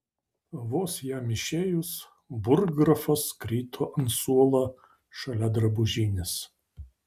vos jam išėjus burggrafas krito ant suolo šalia drabužinės